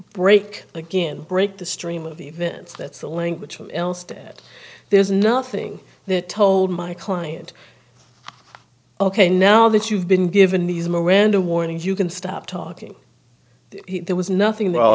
break again break the stream of events that's the language else that there's nothing that told my client ok now that you've been given these miranda warnings you can stop talking there was nothing rather